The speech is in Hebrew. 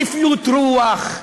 שפלות רוח.